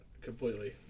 completely